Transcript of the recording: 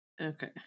okay